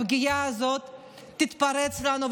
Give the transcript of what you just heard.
הפגיעה הזו תתפרץ לנו,